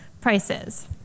prices